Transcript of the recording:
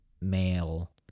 male